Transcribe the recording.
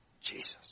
Jesus